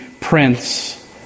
Prince